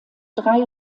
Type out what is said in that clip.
drei